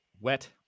Wet